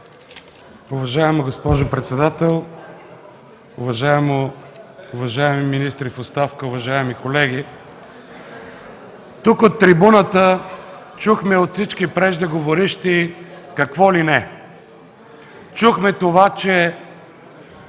Уважаема госпожо председател, уважаеми министри в оставка, уважаеми колеги! От трибуната чухме от преждеговорившите какво ли не. Чухме това, че